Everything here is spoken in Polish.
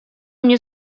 mnie